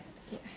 ya